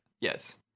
Yes